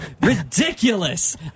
Ridiculous